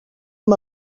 amb